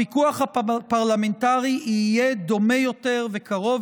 הפיקוח הפרלמנטרי יהיה דומה יותר וקרוב